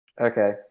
Okay